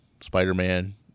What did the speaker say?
Spider-Man